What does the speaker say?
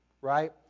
right